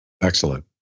Excellent